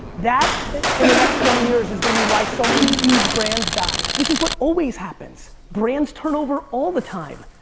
that in the next twenty years is gonna be why so many huge brands die. this is what always happens. brands turnover all the time.